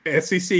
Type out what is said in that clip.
SEC